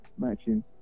matching